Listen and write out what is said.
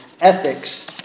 ethics